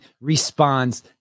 responds